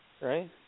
right